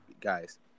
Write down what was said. guys